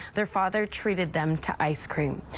their father treated them to ice cream.